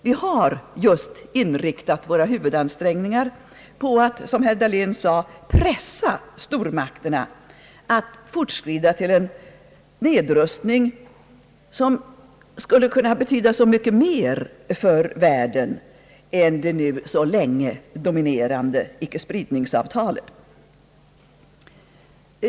Vi har inriktat våra huvudansträngningar just på att, som herr Dahlén sade, pressa stormakterna att fortskrida till en nedrustning, som skulle kunna betyda så mycket mer för världen än det nu så länge dominerande icke-spridnings-avtalet.